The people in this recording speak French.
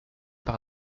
par